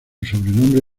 sobrenombre